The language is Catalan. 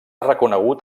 reconegut